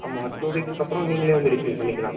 ஆமாம் டூ வீக்ஸ்க்கு அப்புறம் நீங்களே வந்து ரிசீவ் பண்ணிக்கலாம்